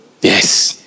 Yes